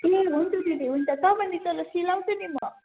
ए हुन्छ दिदी हुन्छ चौबन्दी चोलो सिलाउँछु नि म